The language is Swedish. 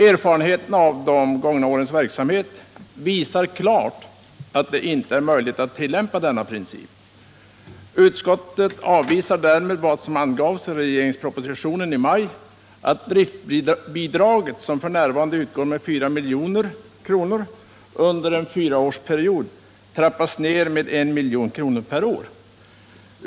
Erfarenheterna av de gångna årens verksamhet visar klart att det inte är möjligt att tillämpa denna princip. Utskottet avvisar därmed vad som angavs i regeringspropositionen i maj, nämligen att driftbidraget, som f. n. utgår med 4 milj.kr., under en fyraårsperiod trappas ner med 1 milj.kr. per år.